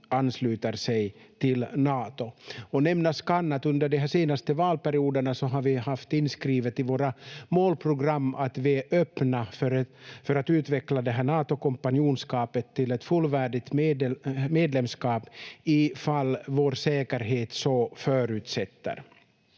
ansluta sig till Nato. Nämnas kan att vi under de senaste valperioderna haft inskrivet i våra målprogram att vi är öppna för att utveckla Natokompanjonskapet till ett fullvärdigt medlemskap, ifall vår säkerhet så förutsätter.